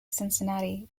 cincinnati